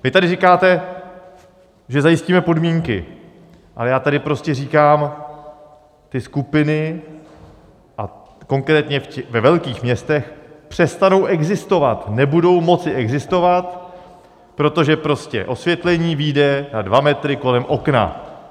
Vy tady říkáte, že zajistíme podmínky, ale já tady prostě říkám: ty skupiny, a konkrétně ve velkých městech, přestanou existovat, nebudou moci existovat, protože prostě osvětlení vyjde na dva metry kolem okna.